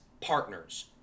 partners